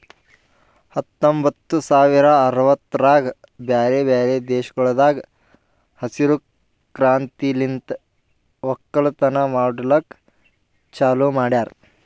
ಹತ್ತೊಂಬತ್ತು ಸಾವಿರ ಅರವತ್ತರಾಗ್ ಬ್ಯಾರೆ ಬ್ಯಾರೆ ದೇಶಗೊಳ್ದಾಗ್ ಹಸಿರು ಕ್ರಾಂತಿಲಿಂತ್ ಒಕ್ಕಲತನ ಮಾಡ್ಲುಕ್ ಚಾಲೂ ಮಾಡ್ಯಾರ್